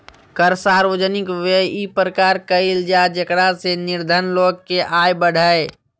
कर सार्वजनिक व्यय इ प्रकार कयल जाय जेकरा से निर्धन लोग के आय बढ़य